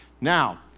Now